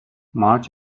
مارج